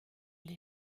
les